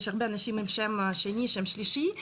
יש הרבה אנשים עם תואר שני ותואר שלישי,